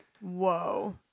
Whoa